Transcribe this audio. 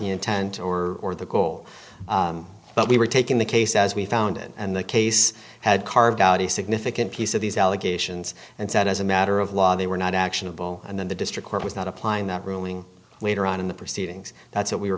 intent or the goal but we were taking the case as we found it and the case had carved out a significant piece of these allegations and said as a matter of law they were not actionable and then the district court was not applying that ruling later on in the proceedings that's what we were